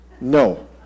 No